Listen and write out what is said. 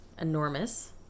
enormous